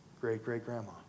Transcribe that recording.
great-great-grandma